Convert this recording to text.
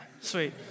sweet